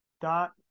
dot